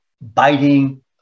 biting